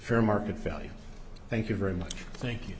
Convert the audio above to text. fair market value thank you very much thank you